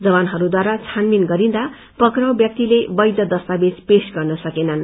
जवानहरूद्वारा छानबिन गरिन्वा पक्राउ व्यक्तिले वैध दस्तावेज पेश गर्न सकेनन्